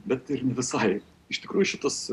bet ir ne visai iš tikrųjų šitas